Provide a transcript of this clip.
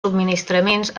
subministraments